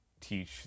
teach